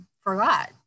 forgot